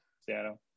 Seattle